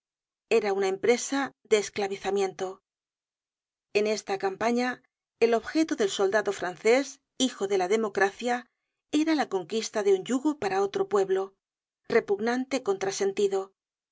era una empresa de esclavizamiento en esta campaña el objeto del soldado francés hijo de la democracia era la conquista de un yugo para otro pueblo repugnante